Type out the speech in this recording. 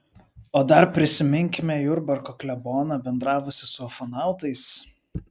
o dar prisiminkime jurbarko kleboną bendravusį su ufonautais